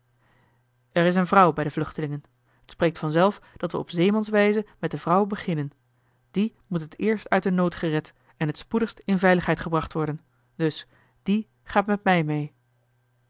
er is een vrouw bij de vluchtelingen t spreekt vanzelf dat we op zeemanswijze met de vrouw beginnen die moet het eerst uit den nood gered en het spoedigst in veiligheid gebracht worden dus die gaat met mij mee